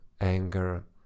anger